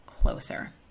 closer